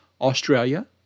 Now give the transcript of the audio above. Australia